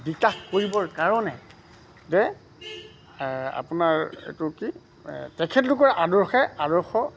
বিকাশ কৰিবৰ কাৰণে আপোনাৰ এইটো কি তেখেতলোকৰ আদৰ্শে আদৰ্শ